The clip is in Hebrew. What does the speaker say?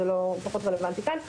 זה פחות רלוונטי כאן.